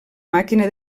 màquina